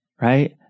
right